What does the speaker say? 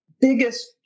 biggest